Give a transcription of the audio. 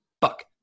Fuck